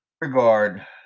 regard